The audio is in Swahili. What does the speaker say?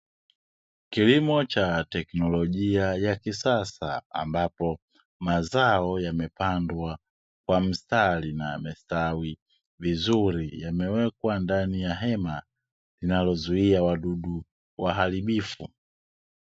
Kilimo cha teknolojia ya kisasa ambapo mazao yamepandwa kwa mstari na yamestawi vizuri yamewekwa ndani ya hema linalozuia wadudu waharibifu.